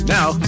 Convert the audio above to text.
Now